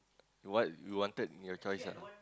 what you wanted in your choice ah